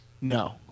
No